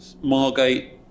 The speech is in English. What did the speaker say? Margate